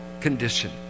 condition